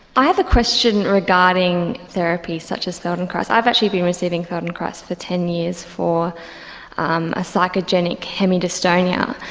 i have a question regarding therapy such as feldenkrais. i have actually been receiving feldenkrais for ten years for um a psychogenic hemi-dystonia,